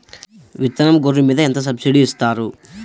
విత్తనం గొర్రు మీద ఎంత సబ్సిడీ ఇస్తారు?